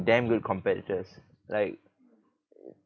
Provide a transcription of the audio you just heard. damn good competitors like